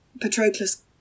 patroclus